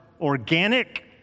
organic